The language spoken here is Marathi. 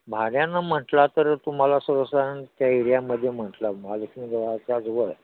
भाड्यांनं म्हटलं तर तुम्हाला सर्व साधारण त्या एरियामध्ये म्हटलं महालक्ष्मी देवळच्या जवळ